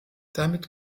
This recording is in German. damit